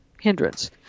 hindrance